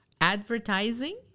advertising